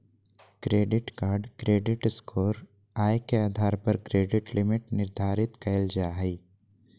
credit card credit score, आय के आधार पर क्रेडिट लिमिट निर्धारित कयल जा हइ